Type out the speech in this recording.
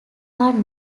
are